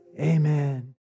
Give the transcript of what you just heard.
Amen